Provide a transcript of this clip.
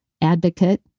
advocate